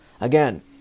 Again